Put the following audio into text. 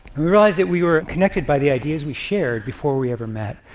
we realized that we were connected by the ideas we shared before we ever met.